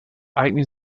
eignen